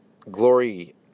glory